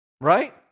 Right